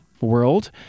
world